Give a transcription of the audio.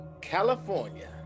California